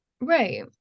Right